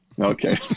Okay